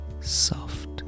soft